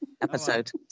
episode